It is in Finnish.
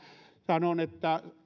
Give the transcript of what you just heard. sanon että